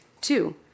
Two